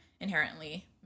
inherently